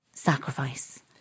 Sacrifice